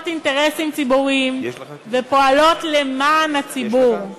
אינטרסים ציבוריים ופועלות למען הציבור.